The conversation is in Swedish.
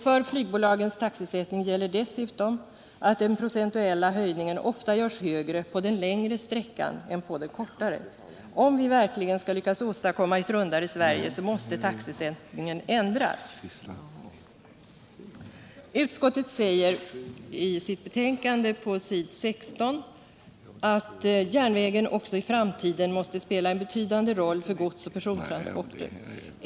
För flygbolagens taxesättning gäller dessutom att den procentuella höjningen ofta görs högre på den längre sträckan än på den kortare. Om vi verkligen skall lyckas åstadkomma ett rundare Sverige måste taxesättningen ändras. Utskottet säger på s. 16 i sitt betänkande att järnvägen också i framtiden måste ”spela en betydande roll för godsoch persontransporter.